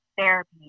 therapy